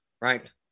right